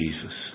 Jesus